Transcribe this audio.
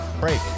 Break